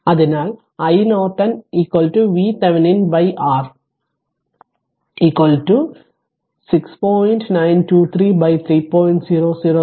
അതിനാൽ iNorton VThevenin R the thevenin R2 6